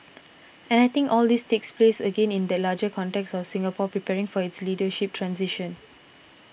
and I think all this takes place again in that larger context of Singapore preparing for its leadership transition